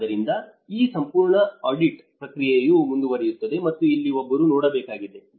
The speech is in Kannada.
ಆದ್ದರಿಂದ ಈ ಸಂಪೂರ್ಣ ಆಡಿಟ್ ಪ್ರಕ್ರಿಯೆಯು ಮುಂದುವರಿಯುತ್ತದೆ ಮತ್ತು ಅಲ್ಲಿ ಒಬ್ಬರು ನೋಡಬೇಕಾಗಿದೆ